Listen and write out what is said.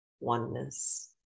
oneness